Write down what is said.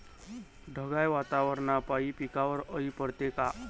ढगाळ वातावरनापाई पिकावर अळी पडते का?